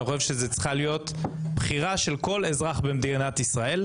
ואני חושב שזו צריכה להיות הבחירה של כל אזרח במדינת ישראל.